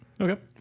Okay